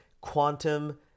quantum